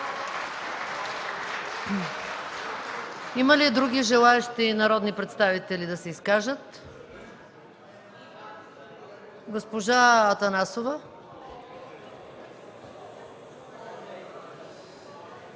Има ли други желаещи народни представители да се изкажат? Госпожа Атанасова.